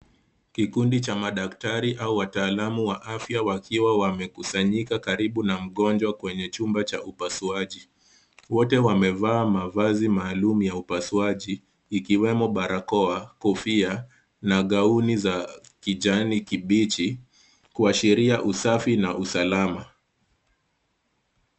Kikundi cha madaktari au wataalam wa afya wakiwa wamekusanyika karibu na mgonjwa kwenye chumba cha upasuaji. Wote wamevaa mavazi maalum ya upasuaji ikiwemo barakoa, kofia na gown za kijani kibichi kuashiria usafi na usalama.